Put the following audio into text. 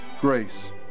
grace